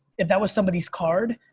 if that was somebody's card,